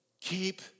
Keep